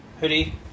Hoodie